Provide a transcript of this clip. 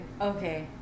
Okay